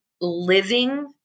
living